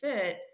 fit